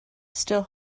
still